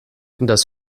das